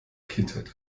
kindheit